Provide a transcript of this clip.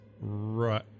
Right